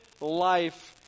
life